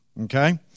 Okay